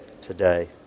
today